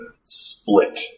split